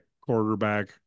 quarterback